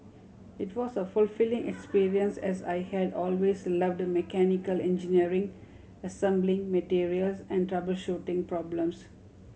it was a fulfilling experience as I had always loved mechanical engineering assembling materials and troubleshooting problems